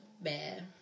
bad